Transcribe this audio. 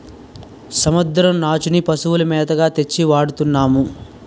సముద్రం నాచుని పశువుల మేతగా తెచ్చి వాడతన్నాము